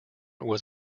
was